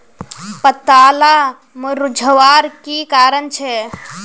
पत्ताला मुरझ्वार की कारण छे?